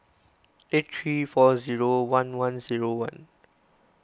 eight three four zero one one zero one